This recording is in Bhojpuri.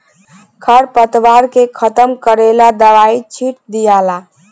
खर पतवार के खत्म करेला दवाई छिट दियाला